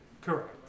Correct